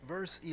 Verse